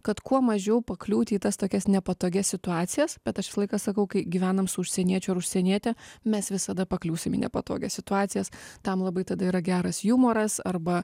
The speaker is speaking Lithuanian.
kad kuo mažiau pakliūt į tas tokias nepatogias situacijas bet aš visą laiką sakau kai gyvenam su užsieniečiu ar užsieniete mes visada pakliūsim į nepatogias situacijas tam labai tada yra geras jumoras arba